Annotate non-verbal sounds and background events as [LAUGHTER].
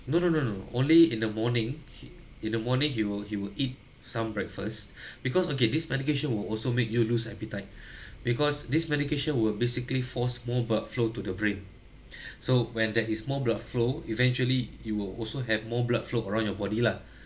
no no no no only in the morning he in the morning he will he will eat some breakfast [BREATH] because okay this medication will also make you lose appetite [BREATH] because this medication would basically force more blood flow to the brain [BREATH] so when there is more blood flow eventually it will also have more blood flow around your body lah